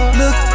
look